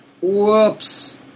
whoops